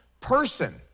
person